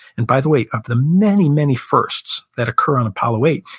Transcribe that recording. and by the way, of the many, many firsts that occur on apollo eight,